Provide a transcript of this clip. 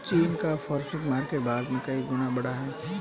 चीन का forex market Bharat से कई गुना बड़ा है